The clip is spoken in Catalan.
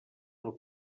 del